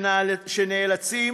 שנאלצים,